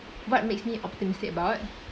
what makes me optimistic about